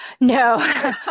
No